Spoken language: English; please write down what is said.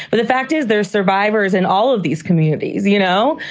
but the fact is there survivors in all of these communities, you know,